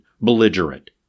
belligerent